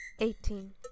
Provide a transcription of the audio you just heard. Eighteen